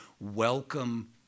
welcome